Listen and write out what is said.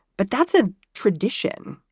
but that's a tradition.